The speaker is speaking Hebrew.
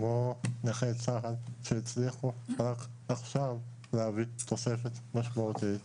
כמו נכי צה"ל שהצליחו עכשיו להביא תוספת משמעותית,